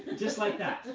just like that,